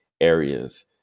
areas